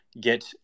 get